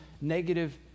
negative